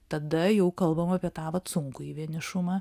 tada jau kalbam apie tą vat sunkųjį vienišumą